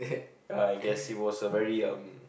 I guess it was a very um